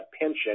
pension